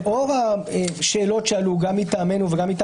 לאור השאלות שעלו מטעמנו וגם מטעם